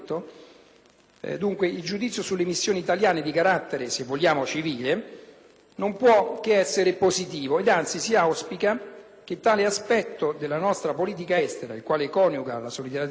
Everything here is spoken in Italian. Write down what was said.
non può che essere positivo ed anzi, si auspica che tale aspetto della nostra politica estera, il quale coniuga la solidarietà globale con la presenza sul territorio, possa essere sempre più di primo piano.